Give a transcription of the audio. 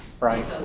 Right